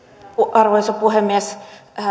arvoisa puhemies